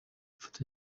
ifoto